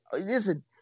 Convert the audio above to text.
Listen